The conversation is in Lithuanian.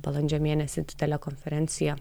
balandžio mėnesį telekonferenciją